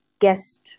guest